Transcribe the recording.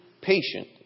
patient